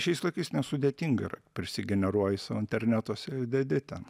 šiais laikais nesudėtinga yra prisigeneruoji sau internetuose i dedi ten